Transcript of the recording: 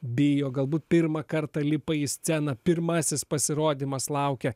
bijo galbūt pirmą kartą lipa į sceną pirmasis pasirodymas laukia